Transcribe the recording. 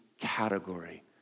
category